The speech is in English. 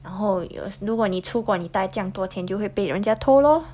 然后有如果你出国你带这样多多钱就会被人家偷 lor